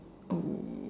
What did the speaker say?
oh